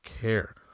care